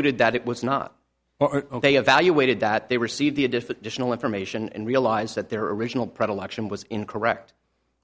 did that it was not ok evaluated that they received the additional information and realized that their original predilection was incorrect